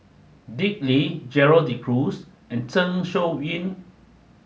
Dick Lee Gerald De Cruz and Zeng Shouyin